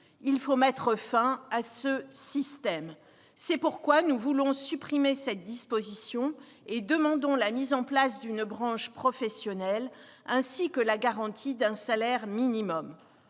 Il faut mettre fin à ce système ! C'est pourquoi nous voulons supprimer cette disposition et demandons la mise en place d'une branche professionnelle, ainsi que la garantie d'un salaire minimum.